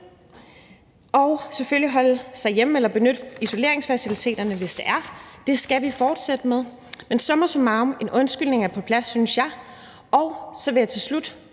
og selvfølgelig holder os hjemme eller benytter isolationsfaciliteterne, hvis det er nødvendigt. Det skal vi fortsætte med. Men summa summarum: En undskyldning er på plads, synes jeg. Og så vil jeg til slut